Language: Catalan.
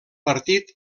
partit